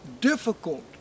difficult